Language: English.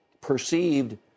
perceived